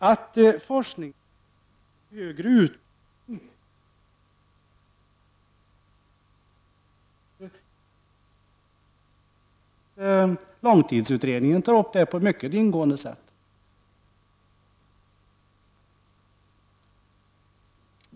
Att forskningsverksamhet och högre utbildning utgör drivkrafter i samhället finns det stöd för i en lång rad utredningar. Bl.a. långtidsutredningen tar upp det på ett mycket ingående sätt.